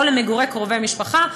או למגורי קרובי משפחה.